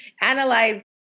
analyze